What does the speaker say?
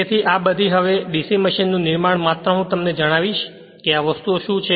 તેથી આ બધા અહીં હવે DC મશીનનું નિર્માણ માત્ર હું તમને જણાવીશ કે આ વસ્તુઓ શું છે